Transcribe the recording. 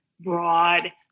broad